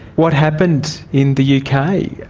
what happened in the kind of